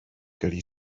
gyrru